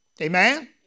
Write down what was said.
Amen